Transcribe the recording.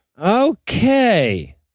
Okay